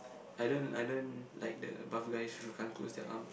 I don't I don't like the buff guys who can't close their arm